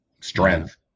strength